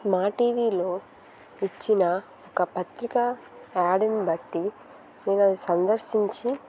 మా టీవీలో ఇచ్చిన ఒక పత్రికా యాడుని బట్టి నేనది సందర్శించి